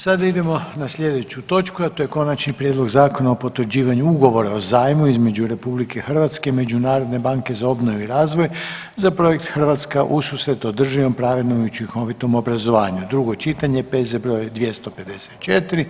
Sad idemo na slijedeću točku, a to je: - Konačni prijedlog Zakona o potvrđivanju ugovora o zajmu između Republike Hrvatske i Međunarodne banke za obnovu i razvoj za projekt „Hrvatska ususret održivom, pravednom i učinkovitom obrazovanju“, drugo čitanje, P.Z. br. 254.